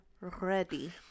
ready